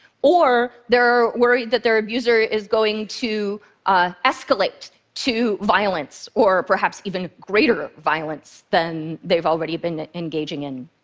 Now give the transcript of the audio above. or they're worried that their abuser is going to ah escalate to violence or perhaps even greater violence than they've already been engaging in.